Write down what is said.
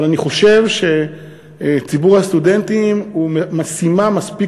אבל אני חושב שציבור הסטודנטים הוא משימה מספיק